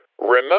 remember